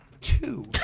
Two